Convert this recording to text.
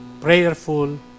prayerful